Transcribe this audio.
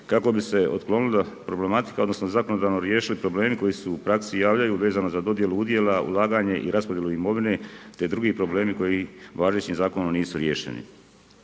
kako bi se otklonila problematika, odnosno zakonodavno riješili problemi koji su u praksi javljaju vezano za dodjelu udjela, ulaganje i raspodjelu imovine, te drugi problemi koji važećim Zakonom nisu riješeni.